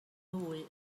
nwy